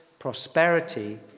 prosperity